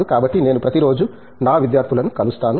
కాబట్టి నేను ప్రతిరోజూ నా విద్యార్థులను కలుస్తాను